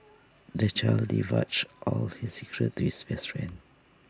the child divulged all his secrets to his best friend